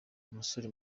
umusore